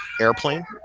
airplane